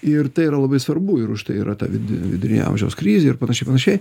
ir tai yra labai svarbu ir už tai yra ta ta vidi vidurinio amžiaus krizė ir panašiai panašiai